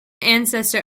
ancestor